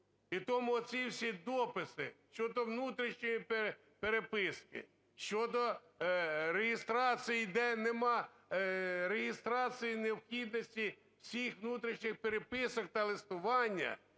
І тому оці всі дописи щодо внутрішньої переписки, щодо реєстрації, де нема реєстрації необхідності всіх внутрішніх переписок та листування